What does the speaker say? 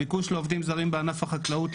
הביקוש לעובדים זרים בענף החקלאות,